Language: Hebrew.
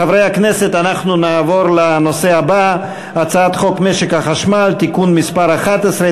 חברי הכנסת, 71 בעד, 28 מתנגדים,